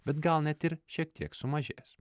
bet gal net ir šiek tiek sumažės